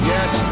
Yes